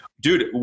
Dude